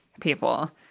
people